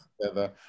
together